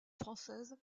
française